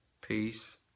Peace